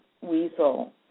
Weasel